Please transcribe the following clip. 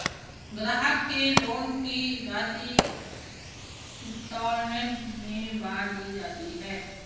ग्राहक के लोन की राशि इंस्टॉल्मेंट में बाँट दी जाती है